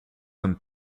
from